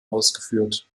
ausgeführt